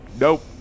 nope